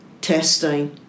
testing